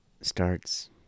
starts